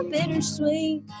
Bittersweet